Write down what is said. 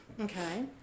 Okay